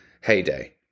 heyday